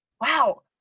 Wow